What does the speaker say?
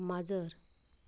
माजर